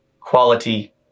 quality